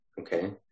okay